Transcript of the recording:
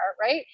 right